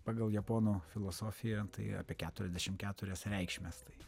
pagal japonų filosofiją tai apie keturiasdešim keturias reikšmes tai